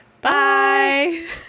Bye